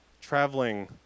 traveling